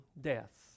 deaths